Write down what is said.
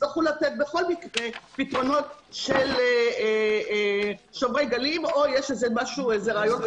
יצטרכו לתת בכל מקרה פתרונות של שוברי גלים או יש איזה רעיון חדש.